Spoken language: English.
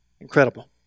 incredible